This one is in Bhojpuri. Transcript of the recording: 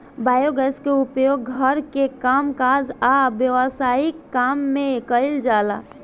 बायोगैस के उपयोग घर के कामकाज आ व्यवसायिक काम में कइल जाला